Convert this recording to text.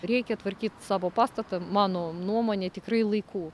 reikia tvarkyt savo pastatą mano nuomone tikrai laiku